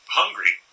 hungry